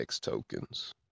tokens